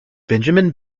benjamin